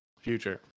Future